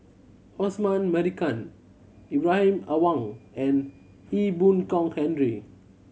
Osman Merican Ibrahim Awang and Ee Boon Kong Henry